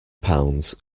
pounds